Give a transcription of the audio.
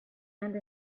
sand